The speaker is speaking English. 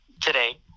today